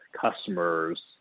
customers